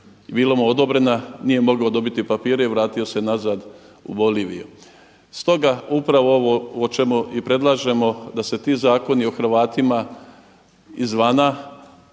bila mu odobrena nije mogao dobiti papire i vratio se nazad u Boliviju. Stoga upravo ovo o čemu i predlažemo da se ti zakoni o Hrvatima izvana